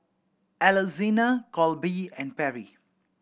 Alexina Colby and Perry